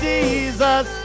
Jesus